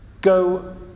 go